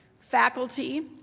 faculty,